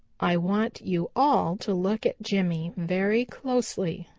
i want you all to look at jimmy very closely,